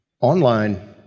online